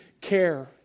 care